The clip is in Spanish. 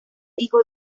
hijo